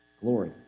Glory